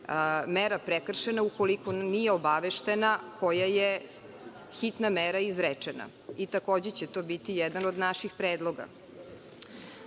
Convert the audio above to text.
mera prekršena ukoliko nije obaveštena koja je hitna mera izrečena. Takođe će to biti jedan od naših predloga. Takođe